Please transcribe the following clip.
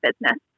business